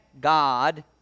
God